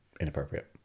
inappropriate